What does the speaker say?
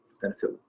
benefit